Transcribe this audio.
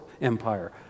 empire